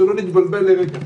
שלא נתבלבל לרגע.